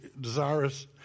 desirous